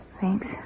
Thanks